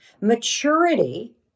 Maturity